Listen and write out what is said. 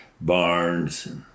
barns